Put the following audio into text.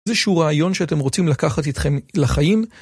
איזה שהוא רעיון שאתם רוצים לקחת אתכם לחיים?